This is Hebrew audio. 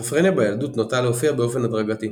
סכיזופרניה בילדות נוטה להופיע באופן הדרגתי.